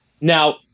Now